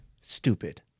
stupid